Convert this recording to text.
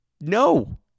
No